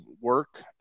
work